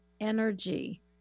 energy